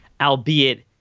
albeit